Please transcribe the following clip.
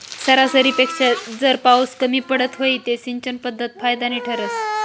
सरासरीपेक्षा जर पाउस कमी पडत व्हई ते सिंचन पध्दत फायदानी ठरस